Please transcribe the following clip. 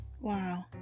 Wow